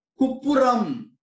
Kupuram